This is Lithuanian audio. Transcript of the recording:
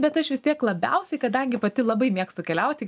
bet aš vis tiek labiausiai kadangi pati labai mėgstu keliauti